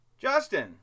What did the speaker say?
Justin